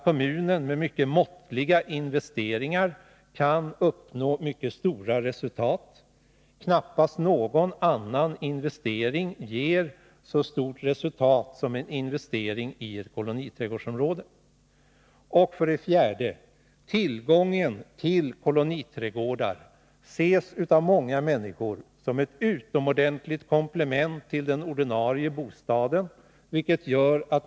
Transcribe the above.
Kommunen kan med mycket måttliga investeringar uppnå mycket goda resultat. Knappast någon annan investering ger så gott resultat som en investering i ett koloniträdgårdsområde. 4. Tillgången till koloniträdgårdar betraktas av många människor som ett utomordentligt komplement till den ordinarie bostaden.